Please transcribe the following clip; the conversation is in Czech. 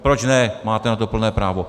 Proč ne, máte na to plné právo.